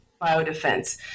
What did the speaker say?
biodefense